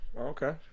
Okay